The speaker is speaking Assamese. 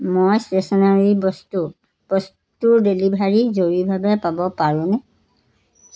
মই ষ্টেশ্যনেৰি বস্তু বস্তুৰ ডেলিভৰী জৰুৰীভাৱে পাব পাৰোঁনে